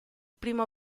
primo